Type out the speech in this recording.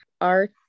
art